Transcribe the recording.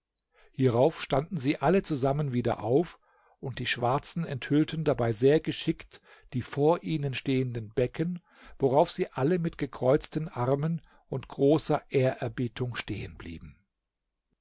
hierauf standen sie alle zusammen wieder auf und die schwarzen enthüllten dabei sehr geschickt die vor ihnen stehenden becken worauf sie alle mit gekreuzten armen und großer ehrerbietung